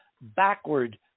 backward